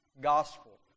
Gospel